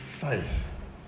faith